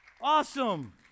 Awesome